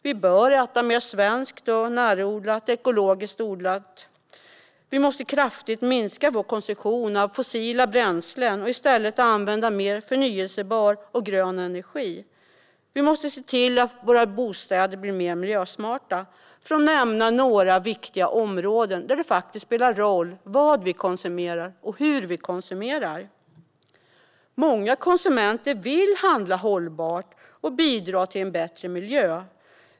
Vi bör äta mer svensk, närodlad och ekologiskt odlad mat. Vi måste kraftigt minska vår konsumtion av fossila bränslen och i stället använda mer förnybar och grön energi. Vi måste se till att våra bostäder blir mer miljösmarta, för att nämna några viktiga områden där det faktiskt spelar roll vad och hur vi konsumerar. Många konsumenter vill handla hållbart och bidra till en bättre miljö.